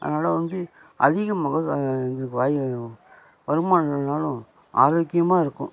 அதனால் வந்து அதிகம் மக எங்களுக்கு வாயு வருமானம் இல்லைன்னாலும் ஆரோக்கியமாக இருக்கும்